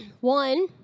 One